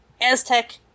Aztec